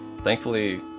thankfully